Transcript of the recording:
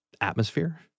atmosphere